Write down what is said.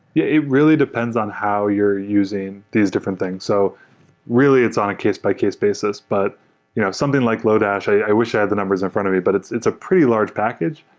yeah it really depends on how you're using is different things. so really, it's on a case-by-case basis, but you know something like lodash, i wish i had the numbers in front of me, but it's it's a pretty large package,